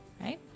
right